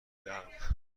دهم